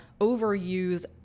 overuse